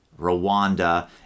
Rwanda